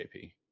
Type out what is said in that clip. JP